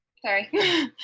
Sorry